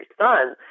son